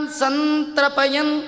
santrapayan